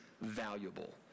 valuable